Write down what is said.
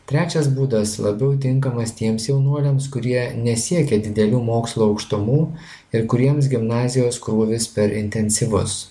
trečias būdas labiau tinkamas tiems jaunuoliams kurie nesiekia didelių mokslo aukštumų ir kuriems gimnazijos krūvis per intensyvus